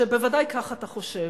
שבוודאי כך אתה חושב: